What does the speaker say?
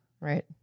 Right